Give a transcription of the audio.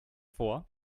vor